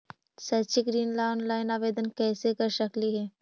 शैक्षिक ऋण ला ऑनलाइन आवेदन कैसे कर सकली हे?